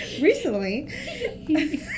Recently